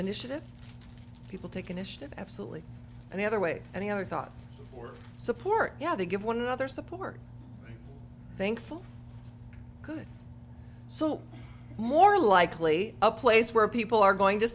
initiative people take initiative absolutely and the other way and the other thoughts for support yeah they give one another support thankful good so more likely a place where people are going to